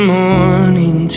morning